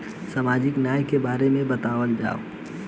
सामाजिक न्याय के बारे में बतावल जाव?